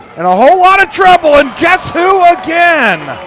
and a whole lot of trouble and guess who again.